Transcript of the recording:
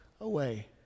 away